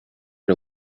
had